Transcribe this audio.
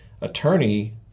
attorney